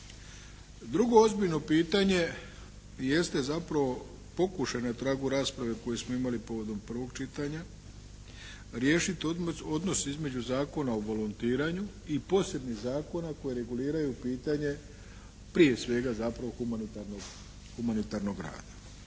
Drugo ozbiljno pitanje jeste zapravo pokušaj na tragu rasprave koje smo imali povodom prvog čitanja riješiti odnos između Zakona o volontiranju i posebnih zakona koji reguliraju pitanje prije svega zapravo humanitarnog rada.